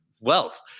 wealth